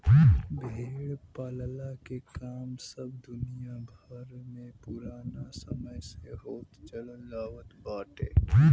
भेड़ पालला के काम सब दुनिया भर में पुराना समय से होत चलत आवत बाटे